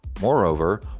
Moreover